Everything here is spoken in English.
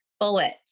bullet